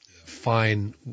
Fine